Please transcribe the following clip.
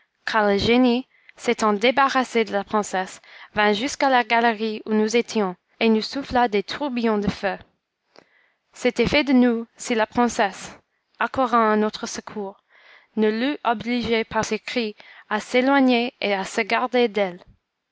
le génie s'étant débarrassé de la princesse vint jusqu'à la galerie où nous étions et nous souffla des tourbillons de feu c'était fait de nous si la princesse accourant à notre secours ne l'eût obligé par ses cris à s'éloigner et à se garder d'elle